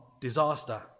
disaster